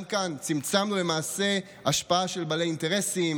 גם כאן צמצמנו למעשה השפעה של בעלי אינטרסים,